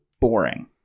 boring